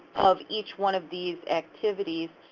of each one of these activities.